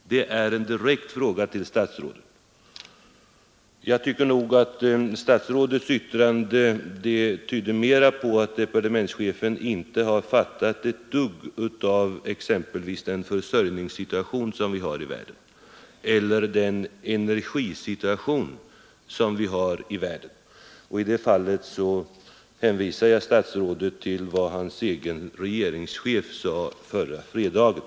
Det är en direkt fråga till statsrådet. Jag tycker nog att statsrådets yttrande mera tydde på att han inte har fattat ett dugg av exempelvis den försörjningssituation eller den energisituation som vi har i världen. I det fallet hänvisar jag statsrådet till vad hans egen regeringschef sade förra fredagen.